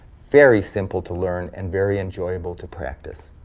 very simple to learn, and very enjoyable to practice.